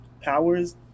powers